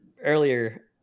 earlier